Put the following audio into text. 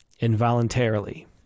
involuntarily